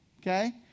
okay